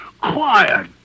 quiet